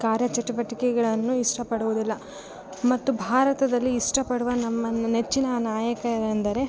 ಕಾರ್ಯ ಚಟುವಟಿಕೆಗಳನ್ನು ಇಷ್ಟ ಪಡುವುದಿಲ್ಲ ಮತ್ತು ಭಾರತದಲ್ಲಿ ಇಷ್ಟಪಡುವ ನಮ್ಮ ನೆಚ್ಚಿನ ನಾಯಕರೆಂದರೆ